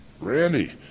Randy